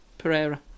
Pereira